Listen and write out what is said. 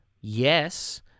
Yes